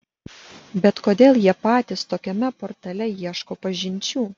bet kodėl jie patys tokiame portale ieško pažinčių